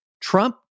Trump